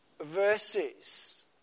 verses